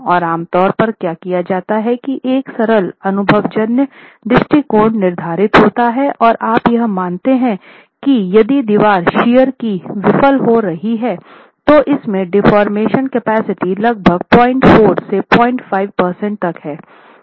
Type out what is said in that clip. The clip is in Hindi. और आमतौर पर क्या किया जाता है की एक सरल अनुभवजन्य दृष्टिकोण निर्धारित होता है और आप यह मानते हैं की यदि दीवार शीअर में विफल हो रही है तो इसकी डेफोर्मेशन कैपेसिटी लगभग 04 से 05 प्रतिशत तक है